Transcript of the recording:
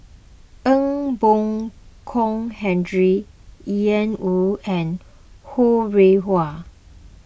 Ee Boon Kong Henry Ian Woo and Ho Rih Hwa